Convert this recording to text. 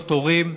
להיות הורים,